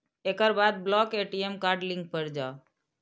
एकर बाद block ATM card link पर जाउ